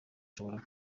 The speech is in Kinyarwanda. nshobora